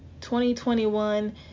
2021